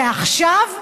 ועכשיו,